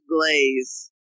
glaze